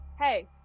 hey